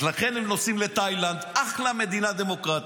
לכן הם נוסעים לתאילנד, אחלה מדינה דמוקרטית,